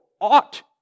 ought